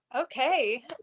Okay